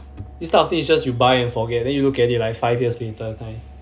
this kind of thing is just you buy then forget then you look at it like five years later